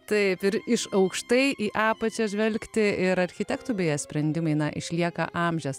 taip ir iš aukštai į apačią žvelgti ir architektų beje sprendimai na išlieka amžiams